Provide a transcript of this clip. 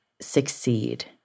succeed